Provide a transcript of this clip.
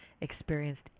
experienced